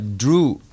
drew